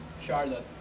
Charlotte